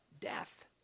Death